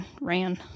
ran